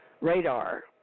radar